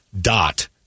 dot